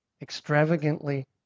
extravagantly